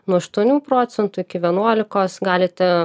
nuo aštuonių procentų iki vienuolikos galite